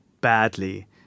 badly